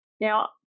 Now